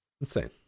Insane